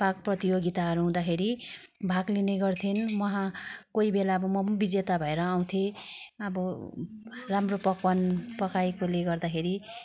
पाक प्रतियोगिताहरू हुँदाखेरि भाग लिने गर्थेँ वहाँ कोही बेला म पनि बिजेता भएर आउथेँ अब राम्रो पकवान पकाएकोले गर्दाखेरि